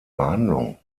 behandlung